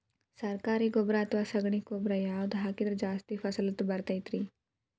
ಸರಕಾರಿ ಗೊಬ್ಬರ ಅಥವಾ ಸಗಣಿ ಗೊಬ್ಬರ ಯಾವ್ದು ಹಾಕಿದ್ರ ಜಾಸ್ತಿ ಫಸಲು ಬರತೈತ್ರಿ?